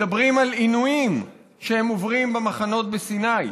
מדברים על עינויים שהם עוברים במחנות בסיני,